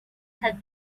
had